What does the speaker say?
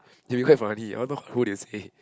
they'll be quite funny I want to know who they say